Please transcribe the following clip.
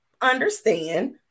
understand